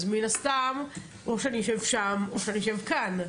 אז מן הסתם או שאני אשב שם או שאני אשב כאן.